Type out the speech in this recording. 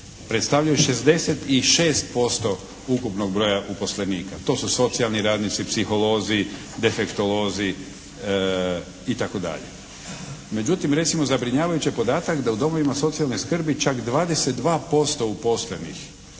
predstavljaju 66% ukupnog broja uposlenika. To su socijalni radnici, psiholozi, defektolozi i tako dalje. Međutim recimo zabrinjavajući je podatak da u domovima socijalne skrbi čak 22% uposlenih